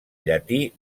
llatí